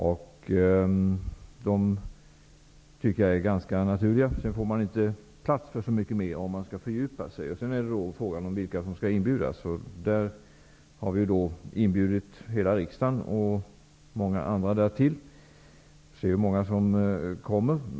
Jag tycker att det är ganska naturligt. Sedan finns det inte plats för så mycket mer om det skall bli fråga om en fördjupning. En annan fråga är vilka som skall inbjudas. Vi har alltså inbjudit hela riksdagen och många andra därtill. Vi får väl se hur många som kommer.